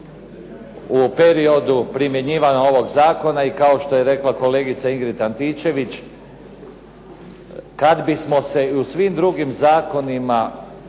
u periodu primjenjivanja ovog zakona i kao što je rekla kolegica Ingrid Antičević, kad bismo se i u svim drugim zakonima